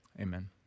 Amen